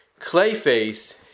Clayface